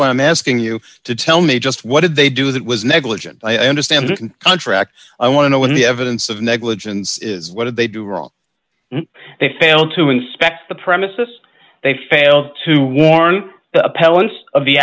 why i'm asking you to tell me just what did they do that was negligent i understand written contract i want to know what the evidence of negligence is what did they do wrong they failed to inspect the premises they failed to warn the